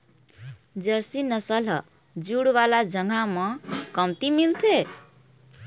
Jersey नसल ह जूड़ वाला जघा म कमती मिलथे